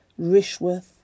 Rishworth